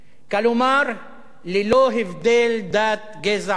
כלומר ללא הבדל דת, גזע ומין.